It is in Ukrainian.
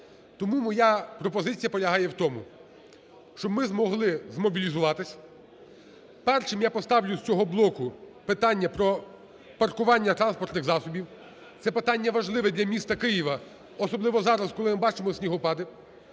Тому моя пропозиція полягає в тому, щоб ми змогли змобілізуватися. Першим я поставлю з цього блоку питання про паркування транспортних засобів. Це питання важливе для міста Києва, особливо зараз, коли ми бачимо снігопади.